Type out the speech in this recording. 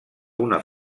una